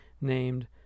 named